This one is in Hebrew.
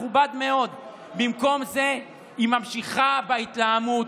מכובד מאוד, במקום זה היא ממשיכה בהתלהמות.